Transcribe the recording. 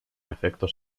efectos